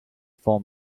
for